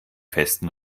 festen